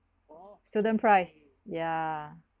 student price yeah